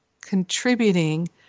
contributing